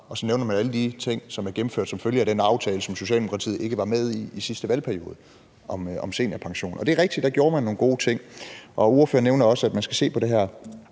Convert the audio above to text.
og så nævner man alle de ting, som er gennemført som følge af den aftale, som Socialdemokratiet ikke var med i i sidste valgperiode om seniorpension. Og det er rigtigt, at der gjorde man nogle gode ting, og ordføreren nævner også, at man skal se på det her